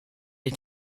est